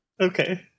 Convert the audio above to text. Okay